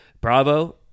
Bravo